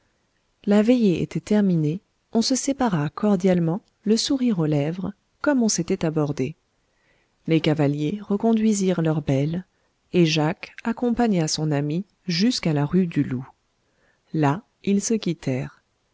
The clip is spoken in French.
la veillée était terminée on se sépara cordialement le sourire aux lèvres comme on s'était abordé les cavaliers reconduisirent leurs belles et jacques accompagna son amie jusqu'à la rue du loup là ils se